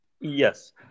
Yes